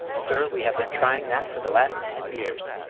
sir, we have been trying that for the last ten years.